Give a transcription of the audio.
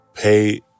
pay